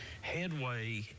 headway